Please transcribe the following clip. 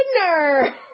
winner